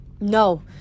No